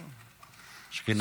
אשכנזי?